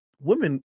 women